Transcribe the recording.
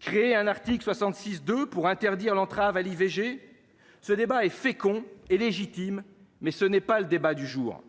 créé un article 66 de pour interdire l'entrave à l'IVG, ce débat est fécond et légitime, mais ce n'est pas le débat du jour,